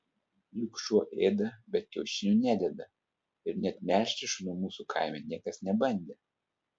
juk šuo ėda bet kiaušinių nededa ir net melžti šunų mūsų kaime niekas nebandė